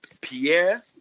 Pierre